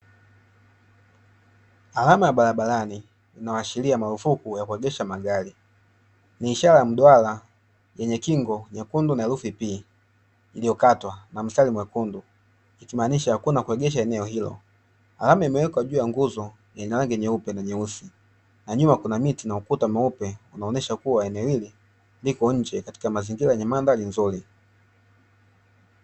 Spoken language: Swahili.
Alama ya barabarani inayoashiria marufuku ya kuegesha magari, ni ishara ya mduara yenye kingo nyekundu na herufi pi iliyokatwa na mstari mwekundu ikimaanisha hakuna kuegesha eneo hilo, alama imewekwa juu ya nguzo yenye rangi nyeupe na nyeusi na nyuma kuna miti na ukuta mweupe unaonyesha kuwa eneo hili liko nje katika mazingira yenye mandhari nzuri.